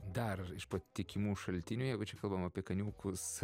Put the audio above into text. dar iš patikimų šaltinių jeigu čia kalbam apie kaniūkus